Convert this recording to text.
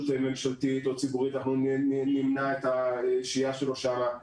ממשלתית או ציבורית אנחנו נמנע את השהייה שלו שם,